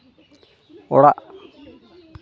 ᱚᱲᱟᱜ